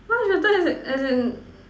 much better as in as in